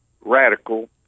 radical